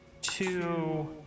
two